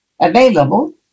available